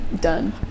done